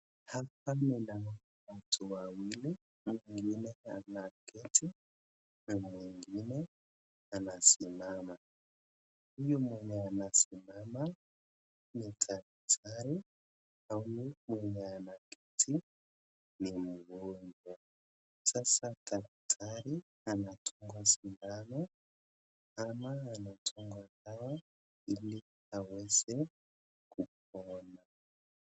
Hapa ninaona watu wawili, mwingine anakaa kiti na mwingine anasimama. Huyu mwenye anasimama ni daktari na huyu mwenye anakaa kiti ni mgonjwa. Sasa daktari anadunga sindano ama anadunga dawa ili aweze kupona.